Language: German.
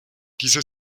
dieser